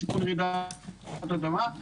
סיכון רעידת אדמה,